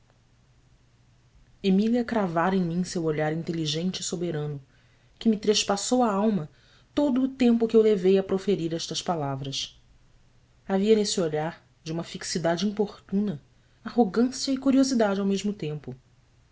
emília cravara em mim seu olhar inteligente e soberano que me trespassou a alma todo o tempo que eu levei a proferir estas palavras havia nesse olhar de uma fixidade importuna arrogância e curiosidade ao mesmo tempo